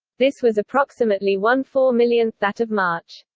this was approximately one four-millionth that of march.